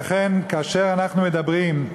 לכן, כאשר אנחנו מדברים,